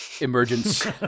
emergence